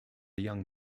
young